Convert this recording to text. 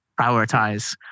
prioritize